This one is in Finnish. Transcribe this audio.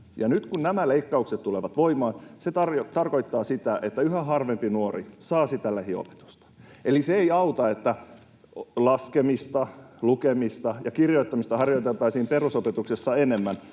nyt, kun nämä leikkaukset tulevat voimaan, se tarkoittaa sitä, että yhä harvempi nuori saa sitä lähiopetusta. Eli se ei auta, että laskemista, lukemista ja kirjoittamista harjoiteltaisiin perusopetuksessa enemmän